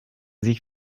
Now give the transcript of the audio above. sich